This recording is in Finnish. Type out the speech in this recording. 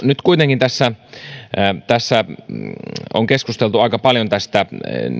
nyt kuitenkin on keskusteltu aika paljon tästä